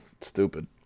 stupid